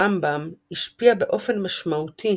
הרמב"ם השפיע באופן משמעותי